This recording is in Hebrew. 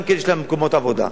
גם יש להם מקומות עבודה.